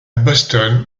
boston